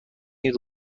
این